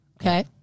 Okay